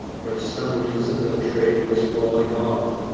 for some reason the trade was falling off.